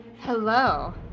Hello